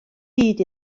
hyd